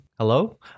Hello